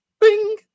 bing